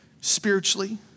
spiritually